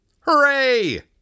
Hooray